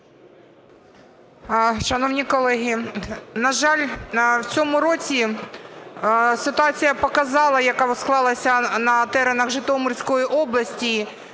Шановні колеги, на жаль, в цьому році ситуація показала, яка склалася на теренах Житомирської області,